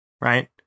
right